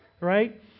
Right